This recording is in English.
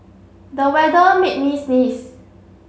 the weather made me sneeze